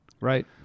Right